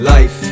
Life